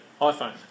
iPhone